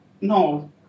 No